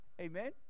amen